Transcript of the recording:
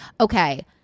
Okay